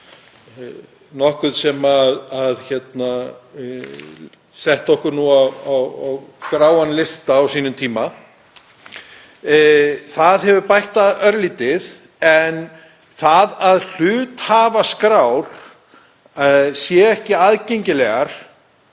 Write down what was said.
nokkuð sem setti okkur nú á gráan lista á sínum tíma. Það hefur bætt það örlítið. En það að hluthafaskrár séu ekki aðgengilegar